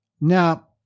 Now